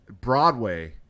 Broadway